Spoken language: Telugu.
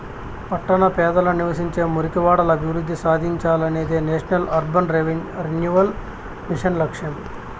పట్టణ పేదలు నివసించే మురికివాడలు అభివృద్ధి సాధించాలనేదే నేషనల్ అర్బన్ రెన్యువల్ మిషన్ లక్ష్యం